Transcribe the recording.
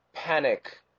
panic